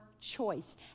choice